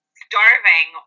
starving